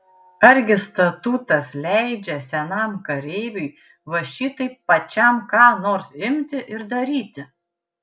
argi statutas leidžia senam kareiviui va šitaip pačiam ką nors imti ir daryti